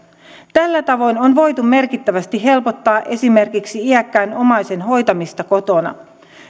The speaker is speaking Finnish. tällä tavoin on voitu merkittävästi helpottaa esimerkiksi iäkkään omaisen hoitamista kotona